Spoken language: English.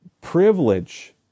privilege